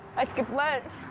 i skipped lunch.